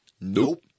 Nope